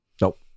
nope